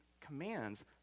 commands